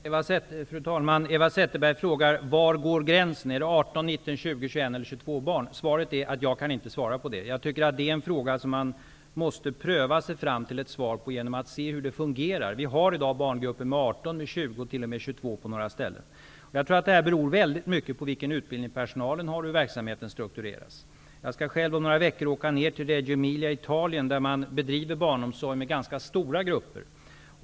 Fru talman! Eva Zetterberg frågade var gränsen går, om den går vid 18, 19, 20, 21 eller 22 barn. Jag kan inte svara på den frågan. Man måste pröva sig fram för att se hur grupperna fungerar. Det finns i dag barngrupper med 18 och upp till 22 barn. Jag tror att det beror väldigt mycket på vilken utbildning personalen har och hur verksamheten struktureras. Jag skall om några veckor åka ned till Reggio nell'Emilia i Italen, där det bedrivs barnomsorg i ganska stora grupper.